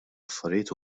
affarijiet